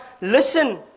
listen